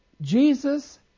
Jesus